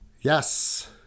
Yes